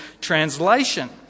translation